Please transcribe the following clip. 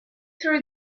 through